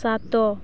ସାତ